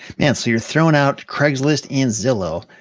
man, so you're throwing out craigslist and zillow,